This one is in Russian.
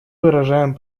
выражаем